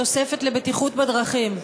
תוספת לבטיחות בדרכים.